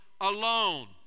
alone